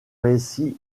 récit